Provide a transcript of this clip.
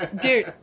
Dude